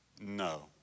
No